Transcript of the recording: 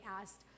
asked